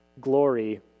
Glory